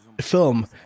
film